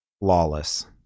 lawless